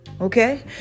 okay